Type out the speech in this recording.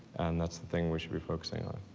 and that's the thing we should be focusing on.